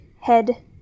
head